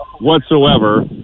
whatsoever